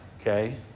Okay